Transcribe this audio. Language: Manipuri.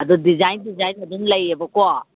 ꯑꯗꯨ ꯗꯤꯖꯥꯏꯟ ꯗꯤꯖꯥꯏꯟ ꯑꯗꯨꯝ ꯂꯩꯌꯦꯕꯀꯣ